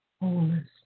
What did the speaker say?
wholeness